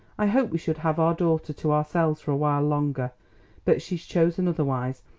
i hoped we should have our daughter to ourselves for a while longer but she's chosen otherwise,